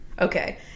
Okay